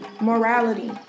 morality